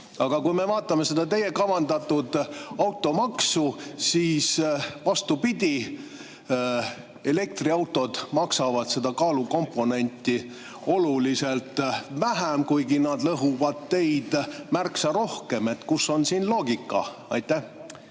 Kui me vaatame teie kavandatud automaksu, siis vastupidi, elektriautod maksavad selle kaalukomponendi [järgi] oluliselt vähem, kuigi need lõhuvad teid märksa rohkem. Kus on siin loogika? Aitäh!